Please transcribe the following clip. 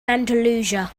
andalusia